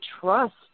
trust